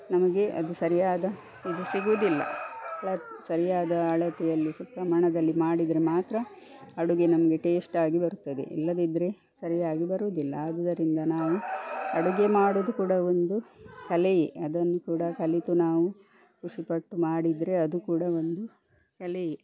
ನಮಗೆ ಅದು ಸರಿಯಾದ ಇದು ಸಿಗುವುದಿಲ್ಲ ಅಳತೆ ಸರಿಯಾದ ಅಳತೆಯಲ್ಲಿ ಸ್ವಲ್ಪ ಪ್ರಮಾಣದಲ್ಲಿ ಮಾಡಿದರೆ ಮಾತ್ರ ಅಡುಗೆ ನಮಗೆ ಟೇಸ್ಟಾಗಿ ಬರುತ್ತದೆ ಇಲ್ಲದಿದ್ದರೆ ಸರಿಯಾಗಿ ಬರುವುದಿಲ್ಲ ಆದುದರಿಂದ ನಾವು ಅಡುಗೆ ಮಾಡುವುದು ಕೂಡ ಒಂದು ಕಲೆಯೇ ಅದನ್ನು ಕೂಡ ಕಲಿತು ನಾವು ಖುಷಿ ಪಟ್ಟು ಮಾಡಿದರೆ ಅದು ಕೂಡ ಒಂದು ಕಲೆಯೇ